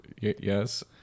Yes